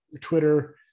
Twitter